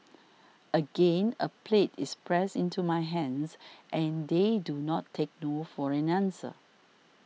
again a plate is pressed into my hands and they do not take no for an answer